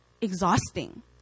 exhausting